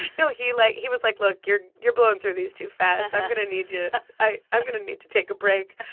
no, he, like he was like, look, you're you're blowing through these too fast i'm going to need you i i'm going to need to take a break.